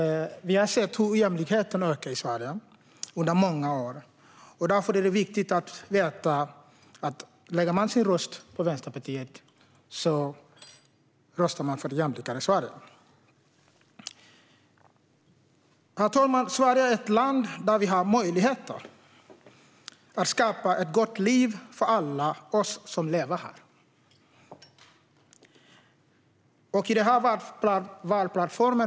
Vi har sett hur ojämlikheten har ökat i Sverige under många år. Därför är det viktigt att veta att om man lägger sin röst på Vänsterpartiet röstar man för ett jämlikare Sverige. Herr talman! Sverige är ett land där vi har möjligheter att skapa ett gott liv för alla oss som lever här.